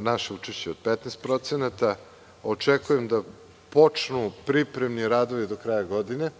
naše učešće od 15%. Očekujem da počnu pripremni radovi do kraja godine,